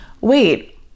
wait